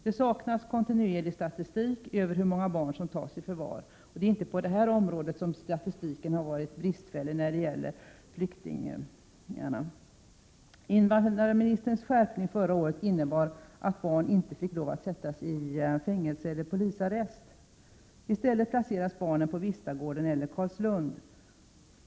Det saknas kontinuerlig statistik över hur många barn som tas i förvar. Det är inte på det här området som statistiken har varit bristfällig när det gäller flyktingarna. Invandrarministerns skärpning av reglerna förra året innebar att barn inte fick lov att sättas i fängelse eller polisarrest. I stället placeras barnen på Vistagården eller Carlslund.